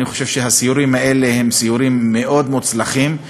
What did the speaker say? אני חושב שהסיורים האלה הם סיורים מאוד מוצלחים,